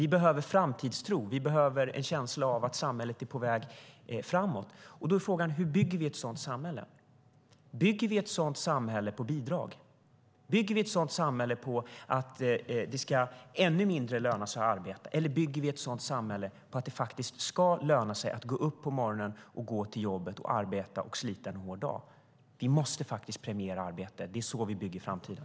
Vi behöver framtidstro och en känsla av att samhället är på väg framåt. Då är frågan hur vi bygger ett sådant samhälle. Bygger vi ett sådant samhälle på bidrag? Bygger vi ett sådant samhälle på att det ska löna sig ännu mindre att arbeta? Eller bygger vi ett sådant samhälle på att det faktiskt ska löna sig att gå upp på morgonen, gå till jobbet och arbeta och slita en hård dag? Vi måste faktiskt premiera arbete. Det är så vi bygger framtiden.